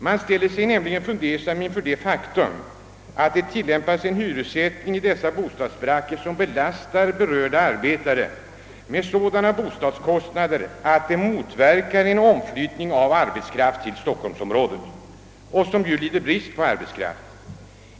Man ställer sig nämligen fundersam inför det faktum, att det för dessa bostadsbaracker tillämpas en hyressättning som belastar berörda arbetare med sådana bostadskostnader, att de motverkar omflyttningen av arbetskraft till stockholmsområdet, som ju lider brist på arbetskraft.